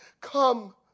come